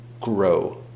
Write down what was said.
grow